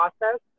process